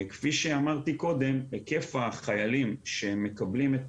כפי שאמרתי קודם, היקף החיילים שמקבלים את